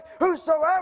whosoever